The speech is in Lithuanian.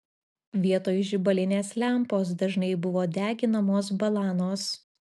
vietoj žibalinės lempos dažnai buvo deginamos balanos